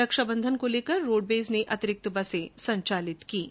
रक्षाबंधन को लेकर रोडवेज ने अतिरिक्त बसें संचालित की हैं